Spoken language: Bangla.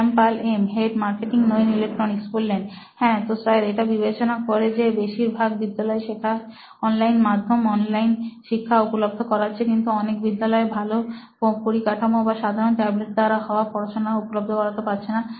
শ্যাম পাল এম হেড মার্কেটিং নোইন ইলেক্ট্রনিক্স হ্যাঁ তো স্যার এটা বিবেচনা করে যে বেশির ভাগ বিদ্যালয় শেখার অনলাইন মাধ্যম অনলাইন শিক্ষা উপলব্ধ করাচ্ছে কিন্তু অনেক বিদ্যালয় ভালো পরিকাঠামো বা সাধারণ ট্যাবলেট দ্বারা হওয়া পড়াশোনা উপলব্ধ করাতে পারছিনা